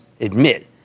admit